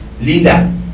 Linda